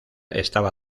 estaba